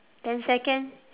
ten second